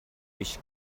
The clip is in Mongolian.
биш